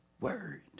word